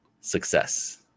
success